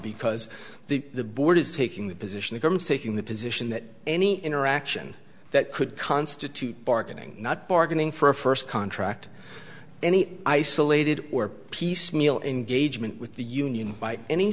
because the the board is taking the position it comes taking the position that any interaction that could constitute bargaining not bargaining for a first contract any isolated or piecemeal engagement with the union by any